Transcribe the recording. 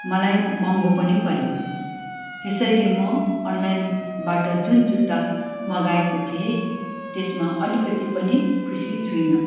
मलाई महँगो पनि पऱ्यो त्यसैले म अनलाइनबाट जुन जुत्ता मगाएको थिएँ त्यसमा अलिकति पनि खुसी छुइनँ